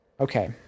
okay